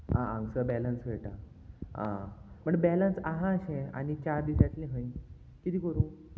आं हांगसर बॅलंस कळटा आं म्हणट बॅलन्स आहा अशें आनी चार दिसांतलें हय किदें करूं